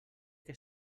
què